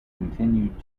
continued